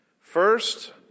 First